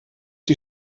die